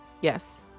Yes